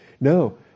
No